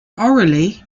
orally